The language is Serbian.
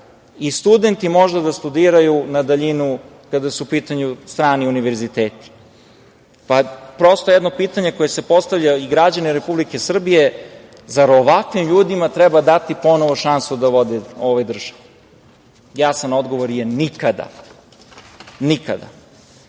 i studenti možda da studiraju na daljinu kada su u pitanju strani univerziteti. Prosto jedno pitanje koje postavljaju i građane Republike Srbije, zar ovakvim ljudima treba dati ponovo šansu da vode ovu državu? Jasan odgovor je nikada. Nikada. Oni